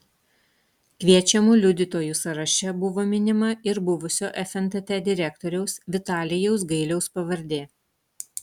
kviečiamų liudytojų sąraše buvo minima ir buvusio fntt direktoriaus vitalijaus gailiaus pavardė